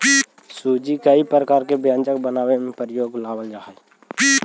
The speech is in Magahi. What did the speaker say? सूजी कई प्रकार के व्यंजन बनावे में प्रयोग में लावल जा हई